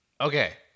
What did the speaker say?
Okay